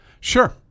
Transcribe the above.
Sure